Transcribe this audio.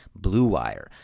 BLUEWIRE